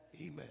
Amen